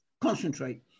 Concentrate